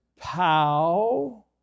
POW